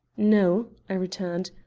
no, i returned,